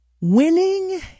Winning